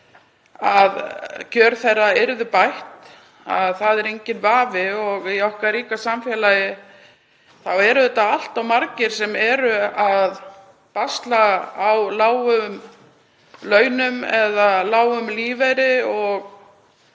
að kjör þeirra yrðu bætt, það er enginn vafi. Í okkar ríka samfélagi eru allt of margir sem eru að basla á lágum launum eða lágum lífeyri.